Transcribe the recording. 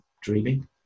dreaming